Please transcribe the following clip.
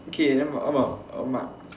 K then what about what about uh Mark